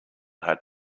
had